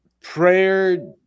Prayer